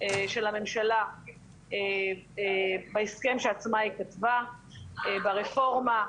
של הממשלה בהסכם שעצמה היא כתבה, ברפורמה,